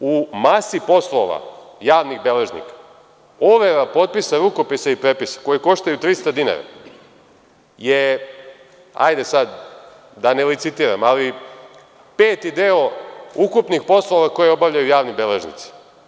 Još jedna stvar, u masi poslova javnih beležnika overa potpisa, rukopisa i prepisa koji koštaju 300 dinara je, hajde sada da ne licitiram, peti deo ukupnih poslova koje obavljaju javni beležnici.